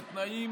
בתנאים